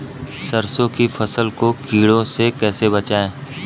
सरसों की फसल को कीड़ों से कैसे बचाएँ?